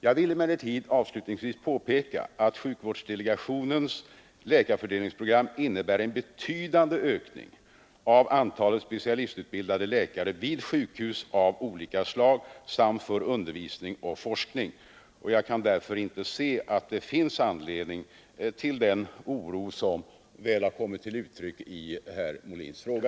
Jag vill emellertid avslutningsvis påpeka att sjukvårdsdelegationens läkarfördelningsprogram innebär en betydande ökning av antalet specialistutbildade läkare vid sjukhus av olika slag samt för undervisning och forskning. Jag kan därför inte se att det finns anledning till den oro som kommit till uttryck i herr Molins fråga.